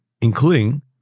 including